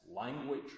language